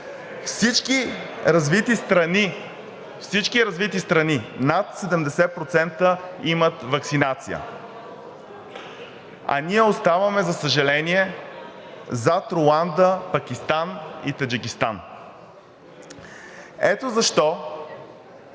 Всички развити страни – над 70% имат ваксинация, а ние оставаме, за съжаление, зад Руанда, Пакистан и Таджикистан. Ето защо